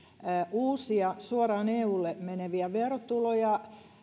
uusia suoraan eulle meneviä verotuloja